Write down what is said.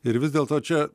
ir vis dėl to čia